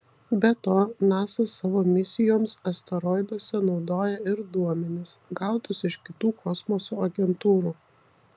be to nasa savo misijoms asteroiduose naudoja ir duomenis gautus iš kitų kosmoso agentūrų